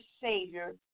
Savior